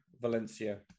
Valencia